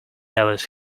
alice